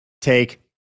take